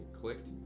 clicked